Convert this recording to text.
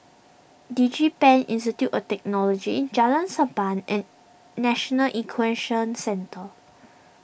DigiPen Institute of Technology Jalan Sappan and National Equestrian Centre